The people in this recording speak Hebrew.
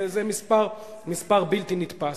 זה מספר בלתי נתפס.